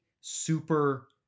super